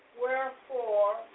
wherefore